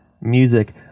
music